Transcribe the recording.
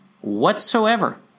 whatsoever